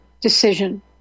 decision